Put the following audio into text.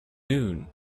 noon